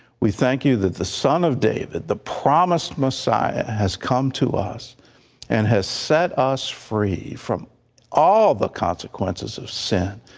we thank you that the son of david, the promised messiah, has come to us and has set us free from all the consequences of sin,